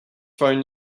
phone